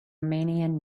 romanian